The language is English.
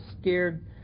scared